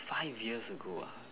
five years ago ah